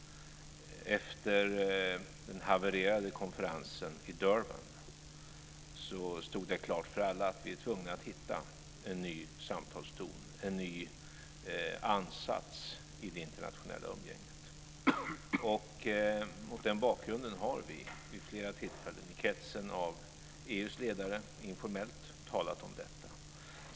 Efter den havererade konferensen i Durban stod det klart för alla att vi var tvungna att hitta en ny samtalston och en ny ansats i det internationella umgänget. Mot den bakgrunden har vi vid flera tillfällen i kretsen av EU:s ledare informellt talat om detta.